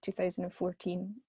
2014